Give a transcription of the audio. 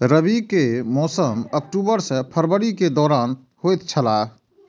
रबी के मौसम अक्टूबर से फरवरी के दौरान होतय छला